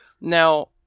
Now